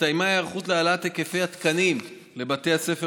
הסתיימה היערכות להעלאת היקפי התקנים לבתי הספר